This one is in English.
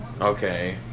Okay